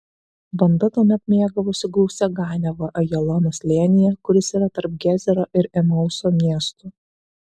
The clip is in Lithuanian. banda tuomet mėgavosi gausia ganiava ajalono slėnyje kuris yra tarp gezero ir emauso miestų